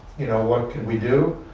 you know what can we do?